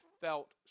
felt